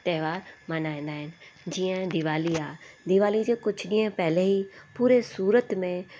त्योहार मल्हाईंदा आहिनि जीअं दीवाली आहे दीवाली जे कुझु ॾींहं पहले ई पूरे सूरत में